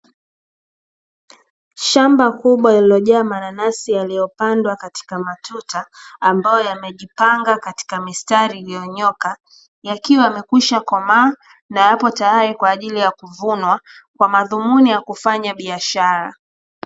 Shamba kubwa lilojaa mananasi yaliyopandwa katika matuta, ambayo yamejipanga katika mistari iliyonyooka, yakiwa yamekwisha komaa na yapo tayari kwa ajili ya kuvunwa, kwa madhumuni ya kufanya biashara.